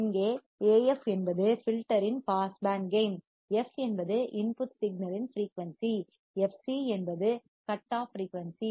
இங்கே AF என்பது filter இன் பாஸ் பேண்ட் கேயின் f என்பது இன்புட் சிக்னல்யின் ஃபிரீயூன்சி fc என்பது வெட்டு கட் ஆஃப் ஃபிரீயூன்சி